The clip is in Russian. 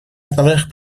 основных